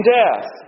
death